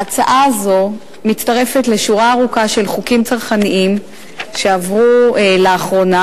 ההצעה הזו מצטרפת לשורה ארוכה של חוקים צרכניים שעברו לאחרונה,